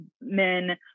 men